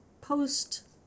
post